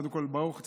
קודם כול, ברוך צאתך,